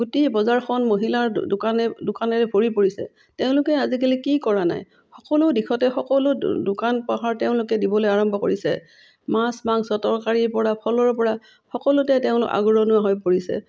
গোটেই বজাৰখন মহিলাৰ দোকানে দোকানেৰে ভৰি পৰিছে তেওঁলোকে আজিকালি কি কৰা নাই সকলো দিশতে সকলো দোকান পহাৰ তেওঁলোকে দিবলৈ আৰম্ভ কৰিছে মাছ মাংস তৰকাৰীৰপৰা ফলৰপৰা সকলোতে তেওঁলোক আগৰণুৱা হৈ পৰিছে